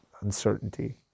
uncertainty